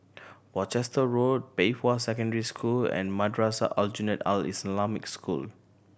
Worcester Road Pei Hwa Secondary School and Madrasah Aljunied Al Islamic School